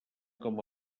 com